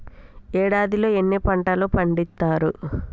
ఏడాదిలో ఎన్ని పంటలు పండిత్తరు?